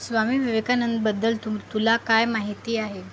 स्वामी विवेकानंदबद्दल तू तुला काय माहिती आहे